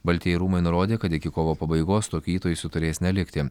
baltieji rūmai nurodė kad iki kovo pabaigos tokių įtaisų turės nelikti